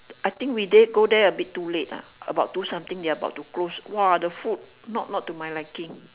I think we there go there a bit too late ah about two something they are about to close !wah! the food not not to my liking